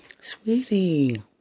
Sweetie